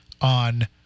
on